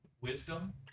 wisdom